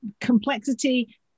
complexity